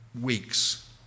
weeks